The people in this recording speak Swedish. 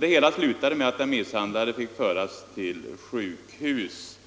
Det hela slutade med att den misshandlade fick föras till sjukhus.